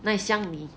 哪里像你